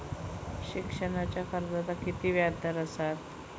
शिक्षणाच्या कर्जाचा किती व्याजदर असात?